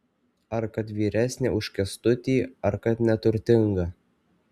ar kad vyresnė už kęstutį ar kad neturtinga